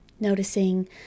noticing